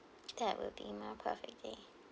that will be my perfect day